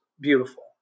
beautiful